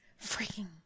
Freaking